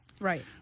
Right